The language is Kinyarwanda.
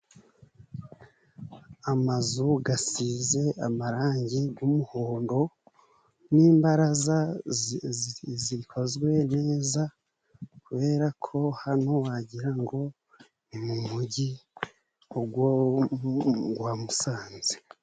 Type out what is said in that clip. Amazu asize amarangi y'umuhondo nimbaraza zikozwe neza kubera ko hano wagira ngo ni mu mugi wa Musanze.